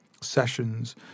Sessions